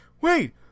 Wait